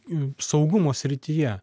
saugumo srityje